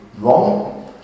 wrong